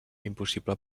impossible